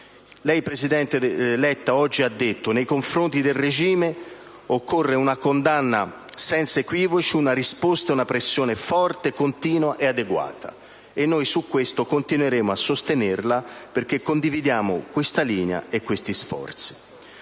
Presidente Letta, lei oggi ha detto che nei confronti del regime occorrono una condanna senza equivoci, una risposta e una pressione forte, continua ed adeguata. Su questo noi continueremo a sostenerla, perché condividiamo questa linea e questi sforzi.